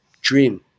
Dream